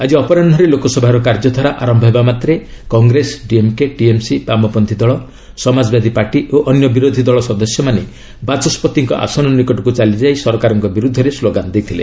ଆଜି ଅପରାହୁରେ ଲୋକସଭାର କାର୍ଯ୍ୟଧାରା ଆରମ୍ଭ ହେବାମାତ୍ରେ କଂଗ୍ରେସ ଡିଏମ୍କେ ଟିଏମ୍ସି ବାମପନ୍ଥୀ ଦଳ ସମାଜବାଦୀ ପାର୍ଟ ଓ ଅନ୍ୟ ବିରୋଧୀ ଦଳ ସଦସ୍ୟମାନେ ବାଚସ୍ୱତିଙ୍କ ଆସନ ନିକଟକୁ ଚାଲିଯାଇ ସରକାରଙ୍କ ବିରୁଦ୍ଧରେ ସ୍କୋଗାନ ଦେଇଥିଲେ